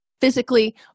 physically